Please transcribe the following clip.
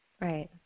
Right